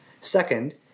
Second